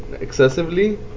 excessively